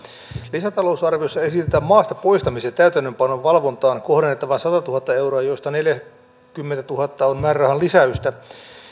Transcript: lisätalousarviossa esitetään maasta poistamisen täytäntöönpanon valvontaan kohdennettavaksi satatuhatta euroa joista neljäkymmentätuhatta on määrärahan lisäystä